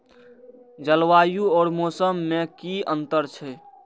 जलवायु और मौसम में कि अंतर छै?